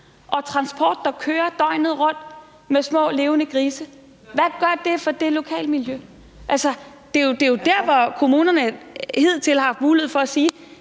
er transport, der kører døgnet rundt med små levende grise? Hvad gør det for det lokalmiljø? Altså, det er jo der, hvor kommunerne hidtil har haft mulighed for at sige: